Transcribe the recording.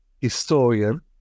historian